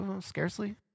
scarcely